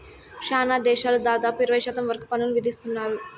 శ్యానా దేశాలు దాదాపుగా ఇరవై శాతం వరకు పన్నులు విధిత్తున్నారు